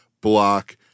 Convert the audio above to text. block